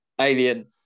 Alien